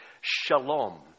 shalom